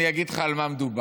אני אגיד לך על מה מדובר: